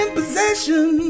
possession